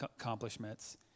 accomplishments